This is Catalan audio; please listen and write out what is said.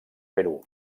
perú